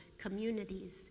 communities